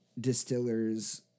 distillers